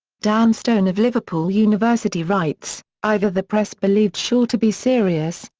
dan stone of liverpool university writes either the press believed shaw to be serious,